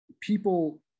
people